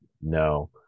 No